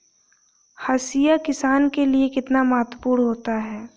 हाशिया किसान के लिए कितना महत्वपूर्ण होता है?